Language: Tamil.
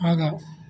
ஆஹா